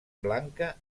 blanca